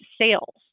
sales